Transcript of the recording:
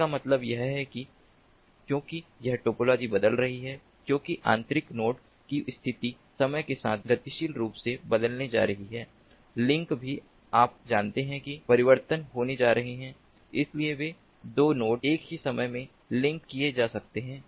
इसका मतलब यह है कि क्योंकि यह टोपोलॉजी बदल रही है क्योंकि आंतरिक नोड की स्थिति समय के साथ गतिशील रूप से बदलने जा रही है लिंक भी आप जानते हैं कि परिवर्तित होने जा रहे हैं इसलिए वे 2 नोड एक ही समय में लिंक किए जा सकते हैं